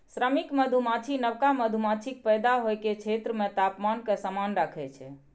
श्रमिक मधुमाछी नवका मधुमाछीक पैदा होइ के क्षेत्र मे तापमान कें समान राखै छै